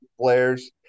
players